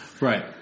Right